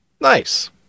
Nice